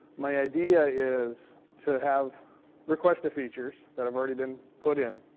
my idea is to have request a features that have already been put in,